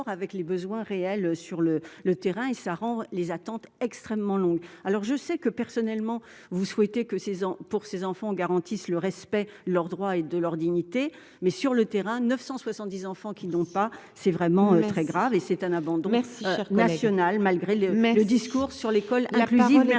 avec les besoins réels sur le le terrain et ça rend les attentes extrêmement longue, alors je sais que personnellement, vous souhaitez que ces en pour ces enfants garantissent le respect leurs droits et de leur dignité, mais sur le terrain 970 enfants qui n'ont pas, c'est vraiment très grave et c'est un abandon merci nationale malgré les mais le discours sur l'école inclusive.